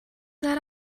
that